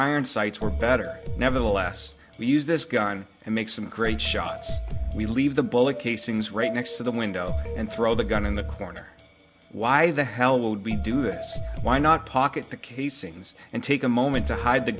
iron sights were better never the less we use this gun and make some great shots we leave the bullet casings right next to the window and throw the gun in the corner why the hell would be do this why not pocket the casings and take a moment to hide the